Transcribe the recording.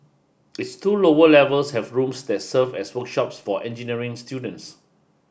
its two lower levels have rooms that serve as workshops for engineering students